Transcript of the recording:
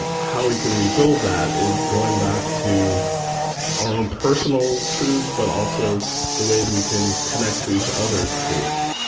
but how we can rebuild that is going back to our own personal truths, but also the ways we can connect to each other's truths.